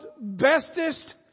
bestest